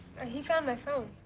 he found my phone